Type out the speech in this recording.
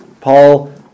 Paul